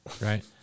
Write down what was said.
right